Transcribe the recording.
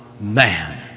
man